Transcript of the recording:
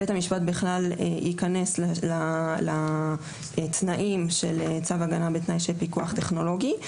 בית המשפט ייכנס לתנאים של צו הגנה בתנאי של פיקוח טכנולוגי.